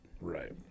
Right